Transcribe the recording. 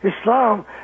Islam